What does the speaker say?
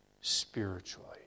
spiritually